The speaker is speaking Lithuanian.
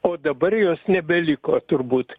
o dabar jos nebeliko turbūt